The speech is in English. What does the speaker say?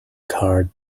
card